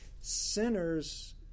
Sinners